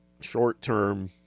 short-term